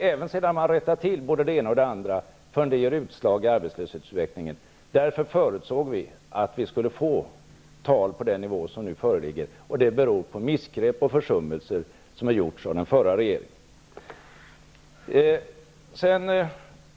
Även om man rättat till både det ena och det andra, dröjer det innan det ger utslag i arbetslöshetsutvecklingen. Därför förutsåg vi att vi skulle få arbetslöshetstal på den nivå som nu föreligger. Det beror på missgrepp och försummelser av den förra regeringen.